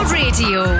radio